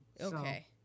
okay